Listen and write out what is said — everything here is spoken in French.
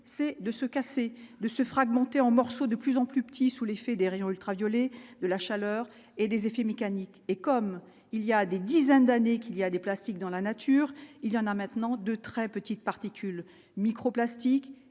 c'est de se casser de se fragmenter en morceaux, de plus en plus petit, sous l'effet des rayons ultraviolets de la chaleur et des effets mécaniques et comme il y a des dizaines d'années qu'il y a des plastiques dans la nature il y en a maintenant de très petites particules microplastiques